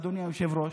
אדוני היושב-ראש,